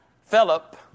Philip